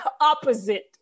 opposite